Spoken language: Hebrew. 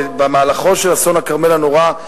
במהלכו של אסון הכרמל הנורא.